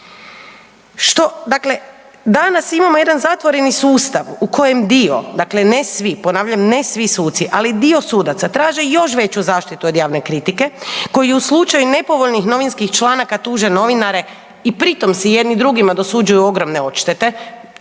dakle, danas imamo jedan zatvoreni sustav u kojem dio dakle ne svi, ponavljam, ne svi suci, ali dio sudaca, traže još veću zaštitu od javne kritike, koji u slučaju nepovoljnih novinskih članaka tuže novinare i pritom si jedni drugima dosuđuju ogromne odštete,